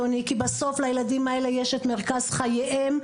כי בסוף לילדים האלה יש את מרכז חייהם,